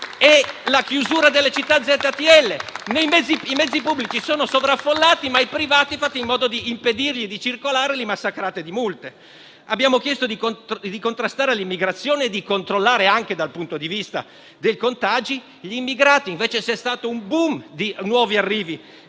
e la chiusura delle città a ZTL. I mezzi pubblici sono sovraffollati, ma fate in modo di impedire ai privati di circolare, massacrandoli di multe. Abbiamo chiesto di contrastare l'immigrazione e di controllare, anche dal punto di vista dei contagi, gli immigrati; invece, c'è stato un *boom* di nuovi arrivi.